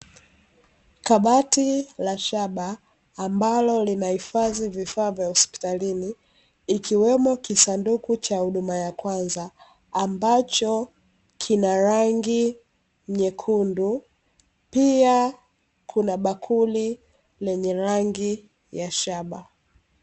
Kabati la shaba, ambalo linahifadhi vifaa vya hospitalini, ikiwemo kisanduku cha huduma ya kwanza, ambacho kina rangi nyekundu. Pia, kuna bakuli lenye rangi ya shaba.